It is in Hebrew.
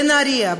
בנהריה,